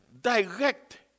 direct